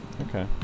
Okay